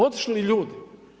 Otišli ljudi.